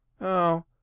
Oh